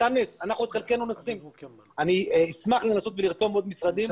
אני אשמח לנסות ולרתום עוד משרדים.